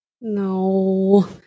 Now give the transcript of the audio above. No